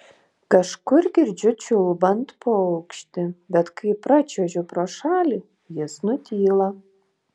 kažkur girdžiu čiulbant paukštį bet kai pračiuožiu pro šalį jis nutyla